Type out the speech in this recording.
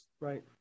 Right